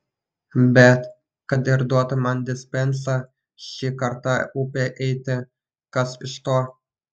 bet kad ir duotų man dispensą šį kartą upe eiti kas iš to